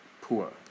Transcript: Poor